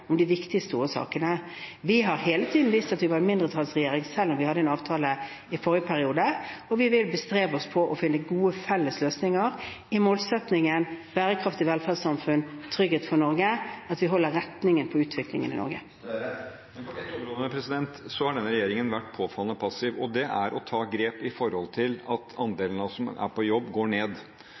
om de viktige, store sakene. Vi har hele tiden visst at vi var en mindretallsregjering, selv om vi hadde en avtale i forrige periode, og vi vil bestrebe oss på å finne gode felles løsninger i målsettingen om et bærekraftig velferdssamfunn, trygghet for Norge og at vi holder retningen på utviklingen i Norge. På ett område har denne regjeringen vært påfallende passiv, og det er å ta grep knyttet til at andelen av oss som er i jobb, går ned.